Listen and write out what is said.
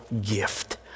gift